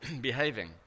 Behaving